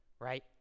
right